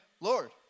Lord